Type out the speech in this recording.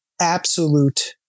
absolute